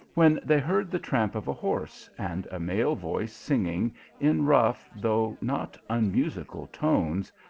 when they heard the tramp of a horse, and a male voice singing in rough, though not unmusical tones,